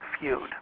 feud